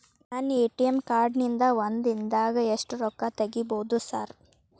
ನನ್ನ ATM card ನಿಂದಾ ಒಂದ್ ದಿಂದಾಗ ಎಷ್ಟ ರೊಕ್ಕಾ ತೆಗಿಬೋದು ಸಾರ್?